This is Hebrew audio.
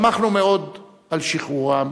שמחנו מאוד על שחרורם,